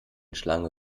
schlange